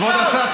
כבוד השר,